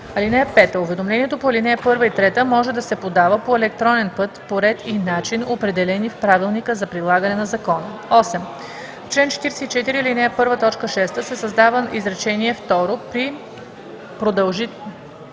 3. (5) Уведомлението по ал. 1 и 3 може да се подава по електронен път по ред и начин, определени в правилника за прилагане на закона.“ 8. В чл. 44, ал. 1, т. 6 се създава изречение второ: „При продължен